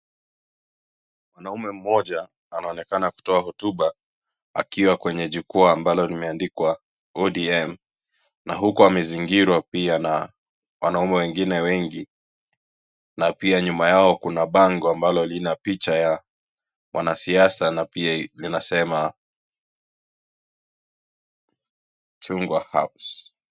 Mwanaume mmoja anaonekana kutoa hotuba akiwa kwenye jukwaa ambalo limeandikwa "ODM" na huko amezingirwa pia na wanaume wengine wengi. Na pia nyuma yao kuna bango ambalo Lina picha ya mwanasiasa na pia linasema "Chungwa House "